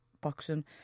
boxing